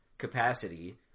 capacity